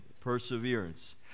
Perseverance